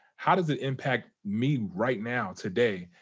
how does it impact me right now, today?